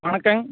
வணக்கங்க